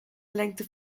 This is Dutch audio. lengte